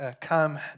come